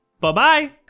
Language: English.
Bye-bye